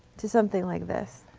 to something like this.